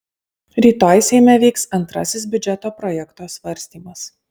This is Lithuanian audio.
rytoj seime vyks antrasis biudžeto projekto svarstymas